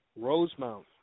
Rosemount